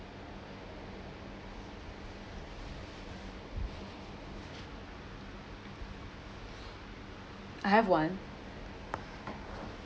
I have one